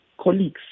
colleagues